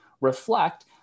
reflect